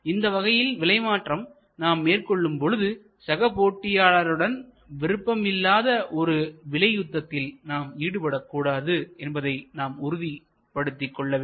இந்த வகையில் விலைமாற்றம் நாம் மேற்கொள்ளும் பொழுது சக போட்டியாளருடன் விருப்பம் இல்லாத ஒரு விலை யுத்தத்தில் நாம் ஈடுபடக்கூடாது என்பதை நாம் உறுதிப்படுத்திக் கொள்ள வேண்டும்